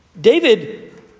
David